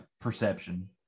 perception